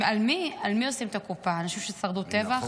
על מי עושים את הקופה, על אנשים ששרדו טבח?